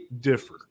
differ